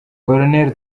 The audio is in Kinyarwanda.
col